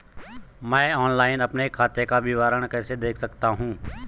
मैं ऑनलाइन अपने खाते का विवरण कैसे देख सकता हूँ?